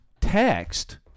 text